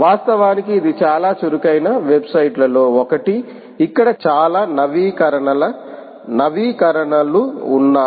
వాస్తవానికి ఇది చాలా చురుకైన వెబ్సైట్లలో ఒకటి ఇక్కడ చాలా నవీకరణల నవీకరణలు ఉన్నాయి